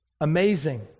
Amazing